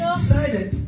decided